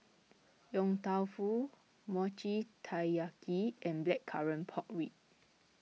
Yong Tau Foo Mochi Taiyaki and Blackcurrant Pork Ribs